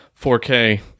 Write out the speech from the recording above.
4K